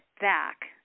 back